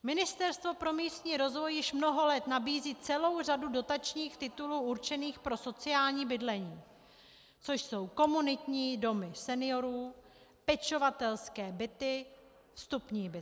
Ministerstvo pro místní rozvoj již mnoho let nabízí celou řadu dotačních titulů určených pro sociální bydlení, což jsou komunitní domy seniorů, pečovatelské byty, vstupní byty.